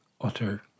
utter